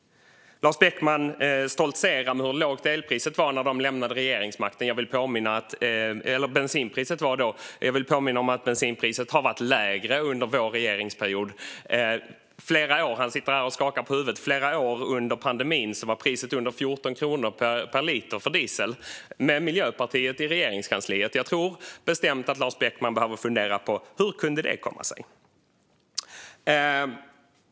Lars Beckman stoltserar med hur lågt bensinpriset var när de lämnade regeringsmakten. Jag vill påminna om att bensinpriset har varit lägre under vår regeringsperiod - Lars Beckman sitter här och skakar på huvudet. Flera år, under pandemin, var priset under 14 kronor per liter för diesel, med Miljöpartiet i Regeringskansliet. Jag tror bestämt att Lars Beckman behöver fundera på: Hur kunde det komma sig?